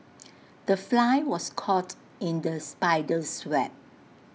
the fly was caught in the spider's web